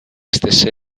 stesse